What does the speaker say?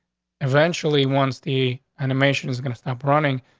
eventually. once the animation is going to stop running,